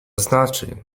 znaczy